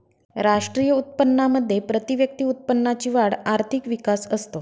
राष्ट्रीय उत्पन्नामध्ये प्रतिव्यक्ती उत्पन्नाची वाढ आर्थिक विकास असतो